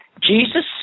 Jesus